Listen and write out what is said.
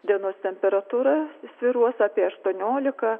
dienos temperatūra svyruos apie aštuoniolika